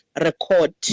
record